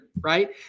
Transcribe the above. right